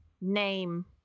name